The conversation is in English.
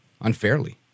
unfairly